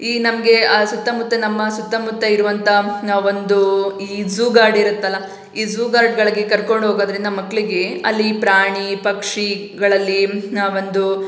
ಈ ನಮಗೆ ಸುತ್ತಮುತ್ತ ನಮ್ಮ ಸುತ್ತಮುತ್ತ ಇರುವಂಥ ನ ಒಂದು ಈ ಝೂ ಗಾರ್ಡ್ ಇರುತ್ತಲ್ಲ ಈ ಝೂ ಗಾರ್ಡ್ಗಳಿಗೆ ಕರ್ಕೊಂಡೋಗೋದ್ರಿಂದ ಮಕ್ಕಳಿಗೆ ಅಲ್ಲಿ ಪ್ರಾಣಿ ಪಕ್ಷಿಗಳಲ್ಲಿ ನಾ ಒಂದು